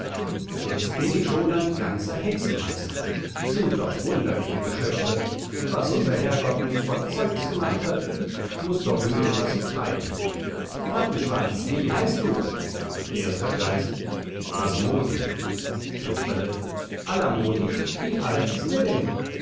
jetzt bin ich schon ein ganzer hexenmeister sind doch wunderliche geschöpfe was unser herrgott nit vor zeugs gemacht hat muß doch hören was sie treiben rattenschwanz wie heißt du erster geist asmodi casperle allamodi wie alt ist er denn